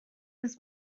his